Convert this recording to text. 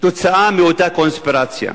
תוצאה של אותה קונספירציה.